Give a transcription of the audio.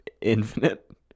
infinite